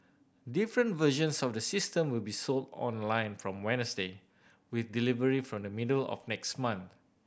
different versions of the system will be sold online from Wednesday with delivery from the middle of next month